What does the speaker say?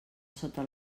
sota